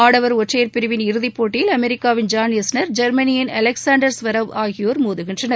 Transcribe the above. ஆடவர் ஒற்றையர் பிரிவின் இறுதிப்போட்டியில் அமெரிக்காவின் ஜான் இஸ்னர் ஜெர்மனியின் அலெக்சாண்டர் ஜ்வெரவ் ஆகியோர் மோதுகின்றனர்